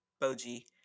Boji